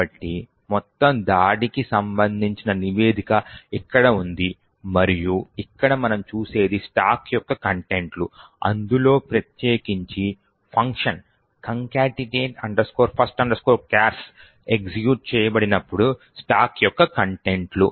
కాబట్టి మొత్తం దాడికి సంబంధించిన నివేదిక ఇక్కడ ఉంది మరియు ఇక్కడ మనం చూసేది స్టాక్ యొక్క కంటెంట్ లు అందులో ప్రత్యేకించి function concatenate first chars execute చేయబడినప్పుడు స్టాక్ యొక్క కంటెంట్ లు